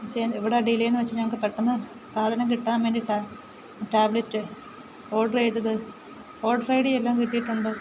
ചെയ്യാൻ എവിടെയാണ് ഡിലേ എന്ന് വച്ച് കഴിഞ്ഞാൽ നമുക്ക് പെട്ടെന്ന് സാധനം കിട്ടാൻ മേണ്ടീട്ടാ ടാബ്ലറ്റ് ഓഡർ ചെയ്തത് ഓഡറ് ഐ ഡി എല്ലാം കിട്ടിയിട്ടുണ്ട്